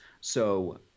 So-